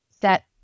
set